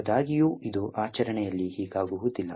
ಆದಾಗ್ಯೂ ಇದು ಆಚರಣೆಯಲ್ಲಿ ಹೀಗಾಗುವುದಿಲ್ಲ